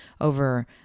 over